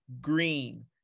Green